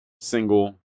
single